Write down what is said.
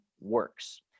works